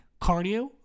cardio